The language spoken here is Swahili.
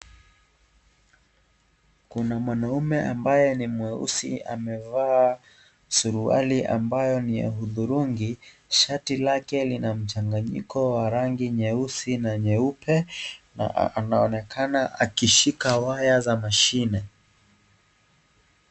Kuna mwanaume ambaye ni mweusi amevaa suruali ambayo ni ya udhurungi .Shati lake lina mchanganyiko wa rangi nyeusi na nyeupe na anaonekana akishika waya za mashine.